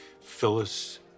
Phyllis